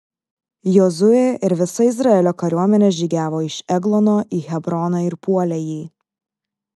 jozuė ir visa izraelio kariuomenė žygiavo iš eglono į hebroną ir puolė jį